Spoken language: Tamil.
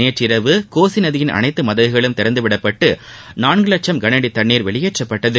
நேற்றிரவு கோசி நதியின் அனைத்து மதகுகளும் திறந்துவிடப்பட்டு நான்கு வட்சம் கனஅடி தண்ணீர் வெளியேற்றப்பட்டது